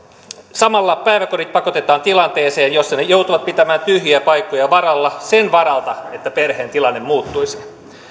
samalla päiväkodit pakotetaan tilanteeseen jossa ne joutuvat pitämään tyhjiä paikkoja varalla sen varalta että perheen tilanne muuttuisi